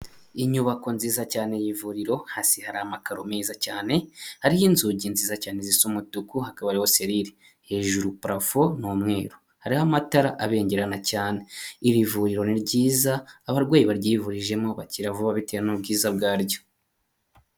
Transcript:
Inyubako nziza cyane y'ivuriro, hasi hari amakaro meza cyane, hariho inzugi nziza cyane zifite umutuku, hakaba hariho seriri, hejuru parafo ni umweru, hariho amatara abengerana cyane, iri vuriro ni ryiza abarwayi baryivurijemo bakira vuba bitewe n'ubwiza bwaryo.